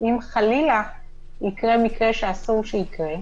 אם חלילה יקרה מקרה שאסור שיקרה.